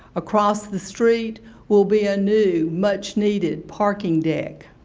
across the street will be a new, much needed parking deck.